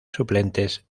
suplentes